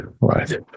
right